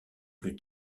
plus